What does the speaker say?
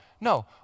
No